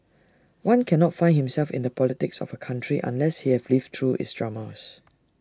one cannot find himself in the politics of A country unless he has lived through its dramas